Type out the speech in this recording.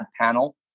panel